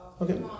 Okay